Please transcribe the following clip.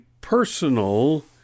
personal